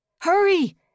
Hurry